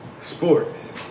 sports